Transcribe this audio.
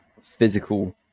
Physical